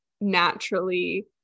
naturally